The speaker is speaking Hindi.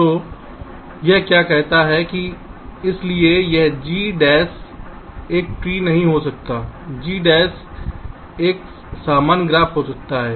तो यह क्या कहता है कि इसलिए इस G डैश एक ट्री नहीं हो सकता G डैश एक सामान्य ग्राफ हो सकता है